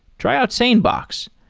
tryout sanebox.